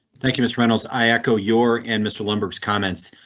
thank you, miss reynolds. i echo your and mr lumbergh's comments.